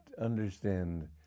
understand